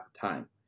time